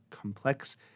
complex